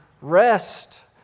rest